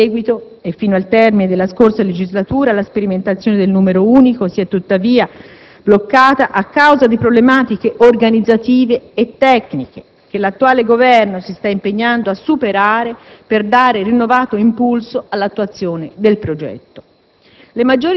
In seguito, e fino al termine della scorsa legislatura, la sperimentazione del numero unico si è, tuttavia, bloccata a causa di problematiche organizzative e tecniche che l'attuale Governo si sta impegnando a superare per dare rinnovato impulso all'attuazione del progetto.